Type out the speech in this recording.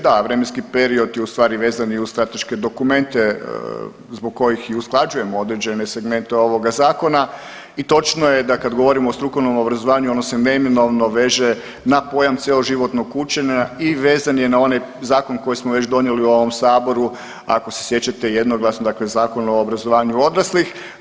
Da, vremenski period je ustvari vezan i uz strateške dokumente zbog kojih i usklađujemo određene segmente ovoga Zakona i točno je da kad govorimo o strukovnom obrazovanju, ono se neminovno veže na pojam cjeloživotnog učenja i vezan je na onaj zakon koji smo već donijeli u ovom Saboru, ako se sjećate, jednoglasno, dakle Zakon o obrazovanju odraslih.